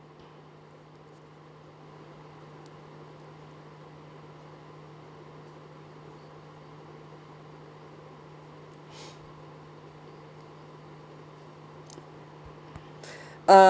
uh